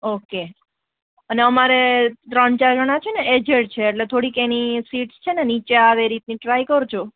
okay અને અમારે ત્રણ ચાર જણા છે ને એજેડ છે એટલે થોડીક એની સીટ્સ છે ને નીચે આવી રીતની ટ્રાય કરજો